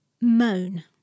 moan